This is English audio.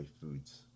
foods